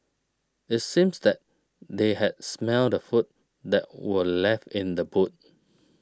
it seems that they had smelt the food that were left in the boot